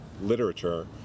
literature